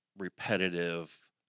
repetitive